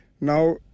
now